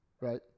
Right